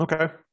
Okay